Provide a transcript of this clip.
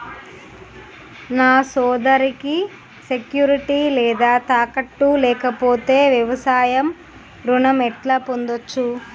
నా సోదరికి సెక్యూరిటీ లేదా తాకట్టు లేకపోతే వ్యవసాయ రుణం ఎట్లా పొందచ్చు?